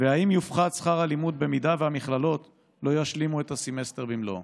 2. האם יופחת שכר הלימוד אם המכללות לא ישלימו את הסמסטר במלואו?